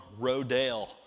Rodale